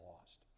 lost